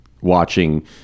watching